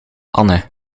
anne